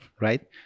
right